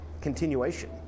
continuation